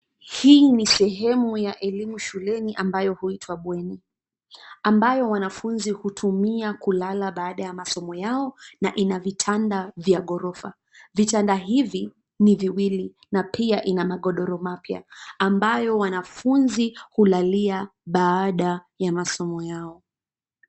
Hii ni sehemu ya elimu shuleni ambayo huitwa bweni, ambayo wanafunzi hutumia kulala baada ya masomo yao, na ina vitanda vya ghorofa, vitanda hivi, ni viwili, na pia ina magodoro mapya, ambayo wanafunzi hulalia baada ya masomo yao.